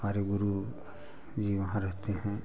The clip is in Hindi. हमारे गुरू जी वहाँ रहते हैं